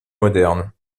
modernes